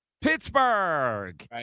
Pittsburgh